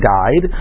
died